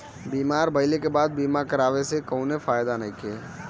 बीमार भइले के बाद बीमा करावे से कउनो फायदा नइखे